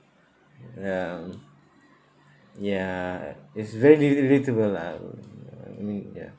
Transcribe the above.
ya ya it's very re~ relatable lah mm I mean ya